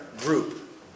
group